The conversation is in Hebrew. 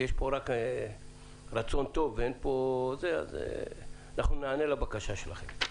פה רק רצון טוב אנחנו ניענה לבקשה שלכם.